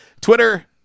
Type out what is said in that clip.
Twitter